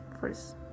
first